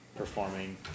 performing